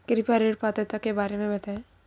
कृपया ऋण पात्रता के बारे में बताएँ?